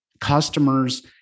customers